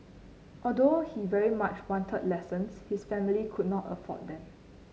although he very much wanted lessons his family could not afford them